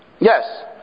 Yes